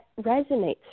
resonates